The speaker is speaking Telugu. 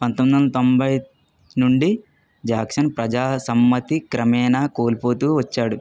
పంతొమ్మిది వందల తొంభై నుండి జాక్సన్ ప్రజా సమ్మతి క్రమేనా కోల్పోతూ వచ్చాడు